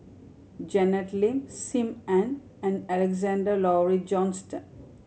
Janet Lim Sim Ann and Alexander Laurie Johnston